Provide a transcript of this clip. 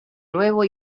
nuevo